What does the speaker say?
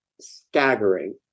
staggering